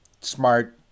smart